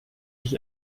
sich